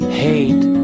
hate